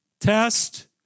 test